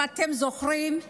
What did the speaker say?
אם אתם זוכרים,